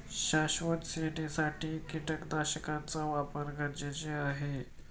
शाश्वत शेतीसाठी कीटकनाशकांचा वापर करणे गरजेचे आहे